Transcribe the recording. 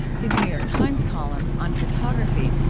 his new york times column, on photography,